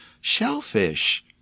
shellfish